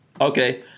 okay